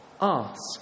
Ask